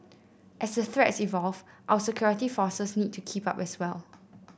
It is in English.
as the threats evolve our security forces need to keep up as well